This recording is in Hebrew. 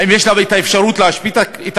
האם יש לה אפשרות להשבית את הכנסת?